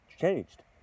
changed